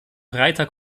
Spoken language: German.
breiter